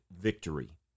victory